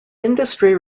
industry